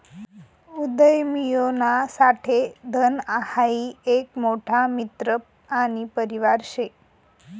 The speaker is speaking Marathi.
उदयमियोना साठे धन हाई एक मोठा मित्र आणि परिवार शे